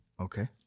Okay